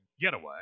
getaway